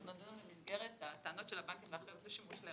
אנחנו נדון במסגרת הטענות של הבנקים --- בסדר.